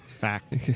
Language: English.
Fact